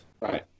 Right